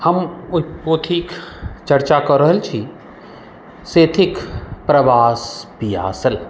हम ओहि पोथीक चर्चा कऽ रहल छी से थिक प्रवास पियासल